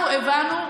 אנחנו הבנו,